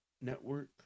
network